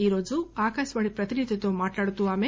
ఈ రోజు ఆకాశవాణి ప్రతినిధి తో మాట్లాడుతూ ఆమె